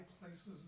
places